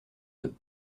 deux